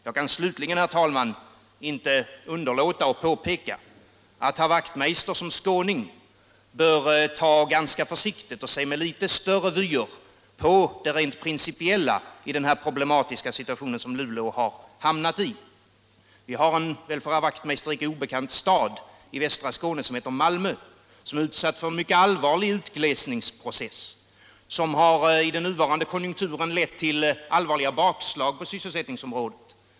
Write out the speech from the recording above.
Jag kan slutligen, herr talman, inte underlåta att påpeka att herr Wachtmeister som skåning bör se med litet större vyer på det rent principiella i den problematiska situation som Luleå hamnat i. Vi har en för herr Wachtmeister icke obekant stad i västra Skåne, Malmö, som är utsatt för en mycket allvarlig utglesningsprocess, som i den nuvarande konjunkturen drabbats av allvarliga bakslag på sysselsättningsområdet.